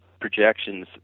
projections